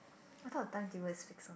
I thought timetable is fixed one